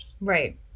Right